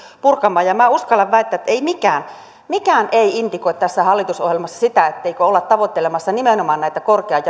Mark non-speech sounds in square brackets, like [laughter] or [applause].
purkamaan ja ja minä uskallan väittää että mikään mikään ei indikoi tässä hallitusohjelmassa sitä et teikö olla tavoittelemassa nimenomaan näitä korkean [unintelligible]